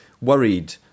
worried